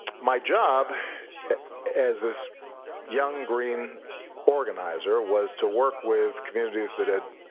my job as this young, green organizer, was to work with communities that had